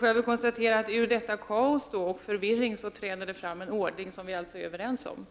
Jag konstaterar att ur detta kaos och denna förvirring träder det fram en ordning som vi är överens om.